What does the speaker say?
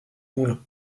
moulins